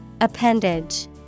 Appendage